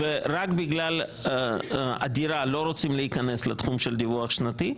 ורק בגלל הדירה לא רוצים להיכנס לתחום של דיווח שנתי,